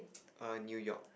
err New-York